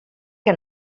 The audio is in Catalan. que